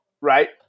right